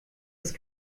ist